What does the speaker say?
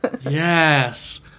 Yes